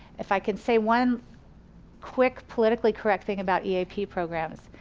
if i can say one quick politically correct thing about eap programs.